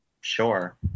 Sure